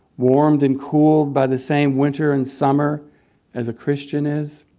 warmed and cooled by the same winter and summer as a christian is?